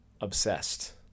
obsessed